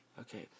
Okay